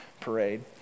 Parade